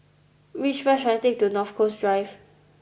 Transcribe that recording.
which bus should I take to North Coast Drive